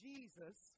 Jesus